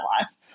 life